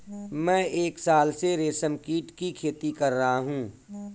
मैं एक साल से रेशमकीट की खेती कर रहा हूँ